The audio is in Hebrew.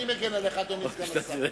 בלתי פתורה.